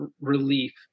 relief